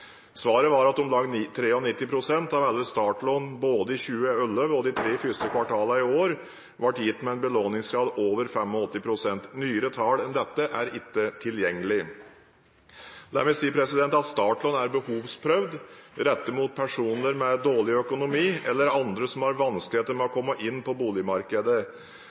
Svaret var at om lag 93 pst. av alle startlån både i 2011 og i de tre første kvartalene i år ble gitt med en belåningsgrad på over 85 pst. Nyere tall enn dette er ikke tilgjengelig. Startlån er behovsprøvd og rettet mot personer med dårlig økonomi eller andre som har vanskeligheter med å komme inn på boligmarkedet.